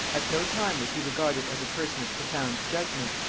at no time was he regarded as a person of profound judgement,